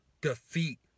defeat